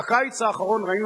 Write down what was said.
בקיץ האחרון ראינו